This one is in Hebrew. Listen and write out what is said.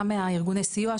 גם מהארגוני סיוע,